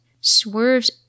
swerves